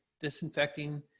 disinfecting